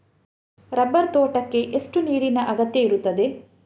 Rubber ತೋಟಕ್ಕೆ ಎಷ್ಟು ನೀರಿನ ಅಗತ್ಯ ಇರುತ್ತದೆ?